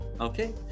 okay